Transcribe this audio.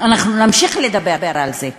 נמשיך לדבר על זה.